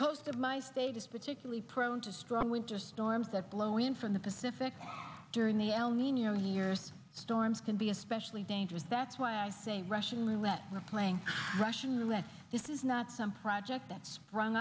coast of my state is particularly prone to strong winter storms that blow in from the pacific during the el nino years storms can be especially dangerous that's why i say rushing west not playing russian roulette this is not some project that sprung